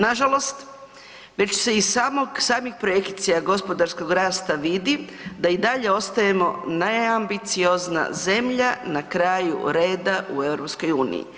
Nažalost, već se iz samih projekcija gospodarskog rasta vidi da i dalje ostajemo najambicioznija zemlja na kraju reda u EU.